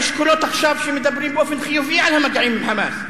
יש קולות עכשיו שמדברים באופן חיובי על המגעים עם "חמאס".